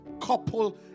couple